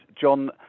John